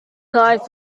nice